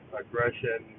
aggression